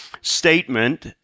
statement